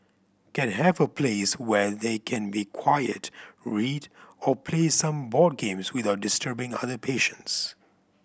can have a place where they can be quiet read or play some board games without disturbing other patients